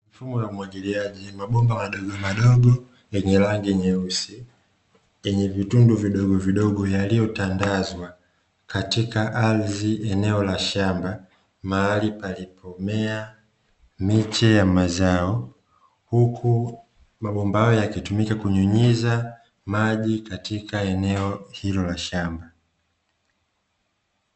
Mifumo ya umwagiliaji mabomba madogo madigo yenye rangi nyeusi yenye vitundu vidogo vidogo yaliyotandazwa katika ardhi eneo la shamba mahari palipo mea miche ya mazao, huku mabomba hayo hutumika kunyunyiza maji katika eneo hilo la shamba.